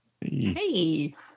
Hey